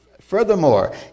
Furthermore